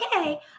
Okay